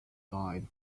died